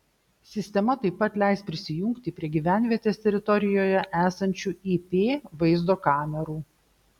sistema taip pat leis prisijungti prie gyvenvietės teritorijoje esančių ip vaizdo kamerų